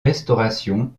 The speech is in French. restauration